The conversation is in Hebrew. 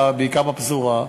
בעיקר בפזורה,